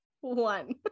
One